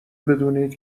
بدونید